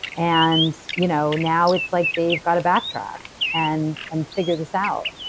and you know now it's like they've got to backtrack and and figure this out.